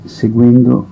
seguendo